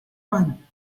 one